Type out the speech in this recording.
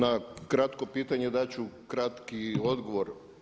Na kratko pitanje dat ću kratki odgovor.